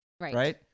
Right